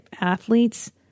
athletes